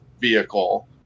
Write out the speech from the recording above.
vehicle